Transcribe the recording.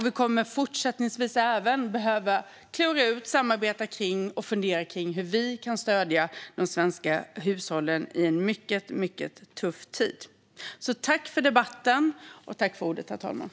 Vi kommer att behöva klura ut, samarbeta om och fundera över hur man kan stödja de svenska hushållen i en mycket tuff tid. Tack för debatten och tack för ordet, herr talman!